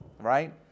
Right